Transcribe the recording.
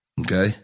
Okay